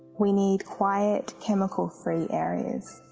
we need quiet chemical-free areas.